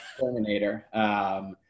Terminator